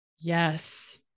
yes